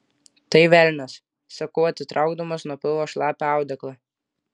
tai velnias sakau atitraukdamas nuo pilvo šlapią audeklą